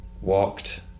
walked